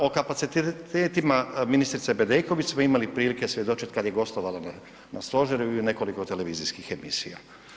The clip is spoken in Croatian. O kapacitetima ministrice Bedeković smo imali prilike svjedočiti kada je gostovala na stožeru i u nekoliko televizijskih emisija.